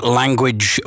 language